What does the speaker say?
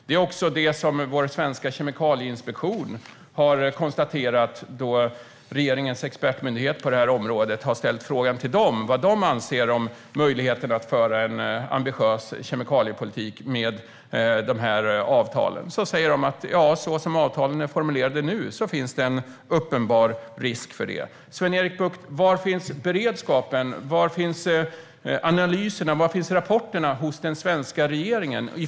Det är också det som vår svenska kemikalieinspektion har konstaterat då regeringens expertmyndighet på det här området har ställt frågan om vad de anser om möjligheten att föra en ambitiös kemikaliepolitik med de här avtalen. De säger att så som avtalen är formulerade nu finns det en uppenbar risk för en anpassning nedåt. Sven-Erik Bucht: Var finns beredskapen, analyserna och rapporterna hos den svenska regeringen?